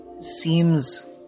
seems